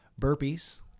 burpees